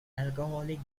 alcoholic